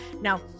Now